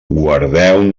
guardeu